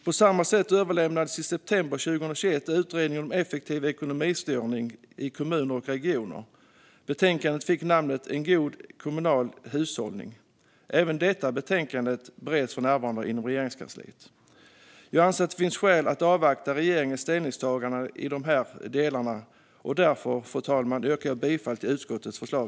På samma sätt överlämnade i september 2021 Utredningen om en effektiv ekonomistyrning i kommuner och regioner sitt betänkande som fick namnet En god kommunal hushållning . Även detta betänkande bereds för närvarande inom Regeringskansliet. Jag anser att det finns skäl att avvakta regeringens ställningstagande i de här delarna, och därför yrkar jag bifall till utskottets förslag.